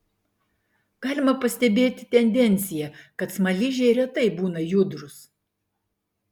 galima pastebėti tendenciją kad smaližiai retai būna judrūs